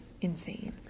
insane